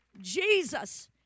Jesus